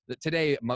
today